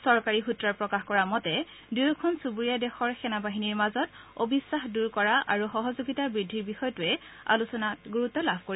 চৰকাৰী সূত্ৰই প্ৰকাশ কৰা মতে দুয়োখন চুবুৰীয়াদেশৰ সেনাবাহিনীৰ মাজত অবিখাস দূৰ কৰাৰ বাবে আৰু সহযোগিতা বৃদ্ধিৰ বিষয়টোৱে আলোচনাত গুৰুত্ব লাভ কৰিব